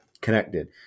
connected